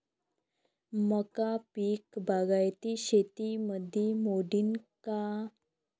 मका पीक बागायती शेतीमंदी मोडीन का?